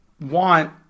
want